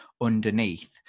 underneath